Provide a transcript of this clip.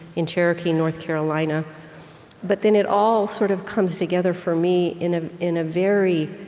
in cherokee, north carolina but then it all sort of comes together, for me, in ah in a very